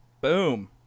Boom